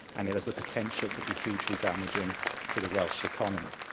and it has the potential to be hugely damaging to the welsh economy.